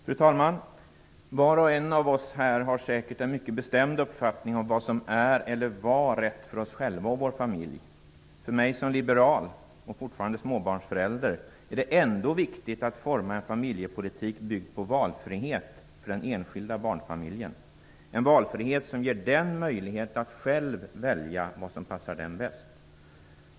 Fru talman! Var och en av oss har säkert en mycket bestämd uppfattning om vad som är, eller var, rätt för oss själva och vår familj. För mig som liberal, och fortfarande småbarnsförälder, är det ändå viktigt att vi formar en familjepolitik byggd på valfrihet för den enskilda barnfamiljen, en valfrihet som ger den möjlighet att själv välja vad som passar den bäst.